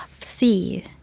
see